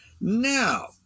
Now